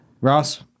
Ross